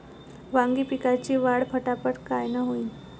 वांगी पिकाची वाढ फटाफट कायनं होईल?